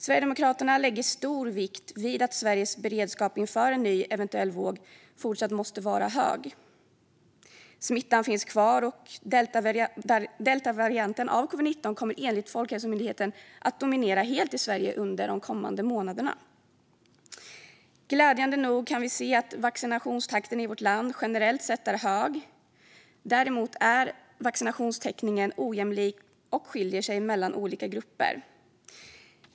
Sverigedemokraterna lägger stor vikt vid att Sveriges beredskap inför en eventuell ny våg fortsatt måste vara hög. Smittan finns kvar, och deltavarianten av covid-19 kommer enligt Folkhälsomyndigheten att dominera helt i Sverige under de kommande månaderna. Glädjande nog kan vi se att vaccinationstakten i vårt land generellt sett är hög. Däremot är vaccinationstäckningen ojämlik och skiljer sig mellan olika grupper.